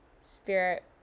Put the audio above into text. Spirit